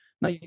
now